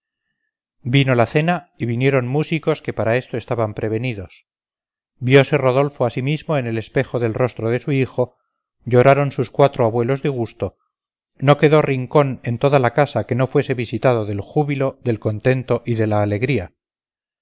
vino la cena y vinieron músicos que para esto estaban prevenidos viose rodolfo a sí mismo en el espejo del rostro de su hijo lloraron sus cuatro abuelos de gusto no quedó rincón en toda la casa que no fuese visitado del júbilo del contento y de la alegría